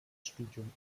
studium